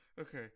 okay